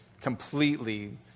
completely